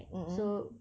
mmhmm